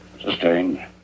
Sustained